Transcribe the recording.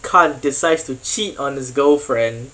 cunt decides to cheat on his girlfriend